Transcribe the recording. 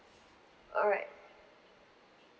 alright